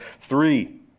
three